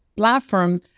platform